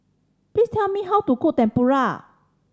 please tell me how to cook Tempura